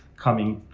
coming,